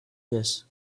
this